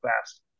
fast